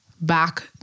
back